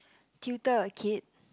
tutor a kid